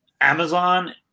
Amazon